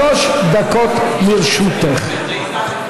שלוש דקות לרשותך.